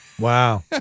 Wow